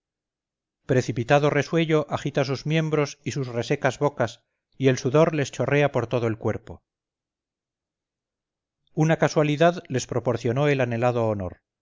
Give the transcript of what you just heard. precipitado resuello agita sus miembros y sus resecas bocas y el sudor les chorrea por todo el cuerpo una casualidad les proporcionó el anhelado honor